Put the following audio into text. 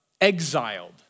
exiled